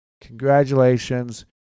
congratulations